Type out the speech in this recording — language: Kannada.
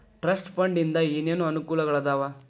ಟ್ರಸ್ಟ್ ಫಂಡ್ ಇಂದ ಏನೇನ್ ಅನುಕೂಲಗಳಾದವ